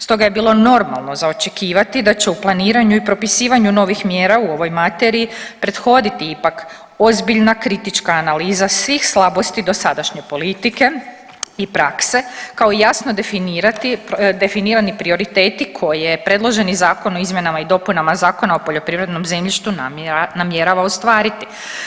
Stoga je bilo normalno za očekivati da će u planiranju i propisivanju novih mjera u ovoj materiji prethoditi ipak ozbiljna kritička analiza svih slabosti dosadašnje politike i prakse kao jasno definirati, definirani prioriteti koje predloženi Zakon o izmjenama i dopunama Zakona o poljoprivrednom zemljištu namjerava ostvariti.